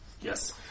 Yes